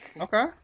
Okay